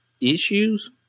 issues